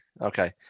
okay